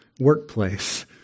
workplace